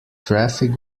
traffic